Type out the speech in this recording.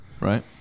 right